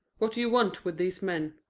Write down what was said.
what do you want with these men?